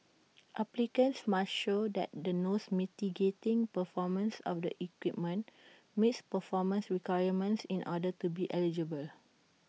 applicants must show that the nose mitigating performance of the equipment meets performance requirements in order to be eligible